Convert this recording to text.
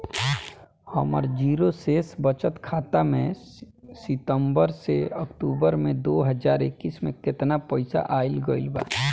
हमार जीरो शेष बचत खाता में सितंबर से अक्तूबर में दो हज़ार इक्कीस में केतना पइसा आइल गइल बा?